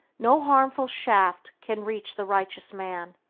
no harmful shaft can reach the righteous man,